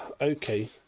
okay